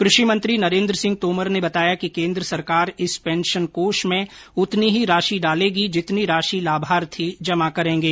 कृषि मंत्री नरेन्द्र सिंह तोमर ने बताया कि केन्द्र सरकार इस पेंशन कोष में उतनी ही राशि डालेगी जितनी राशि लाभार्थी जमा करेंगे